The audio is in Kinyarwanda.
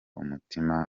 umutima